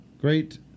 great